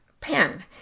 pen